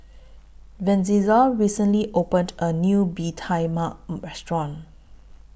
Vincenza recently opened A New Bee Tai Mak Restaurant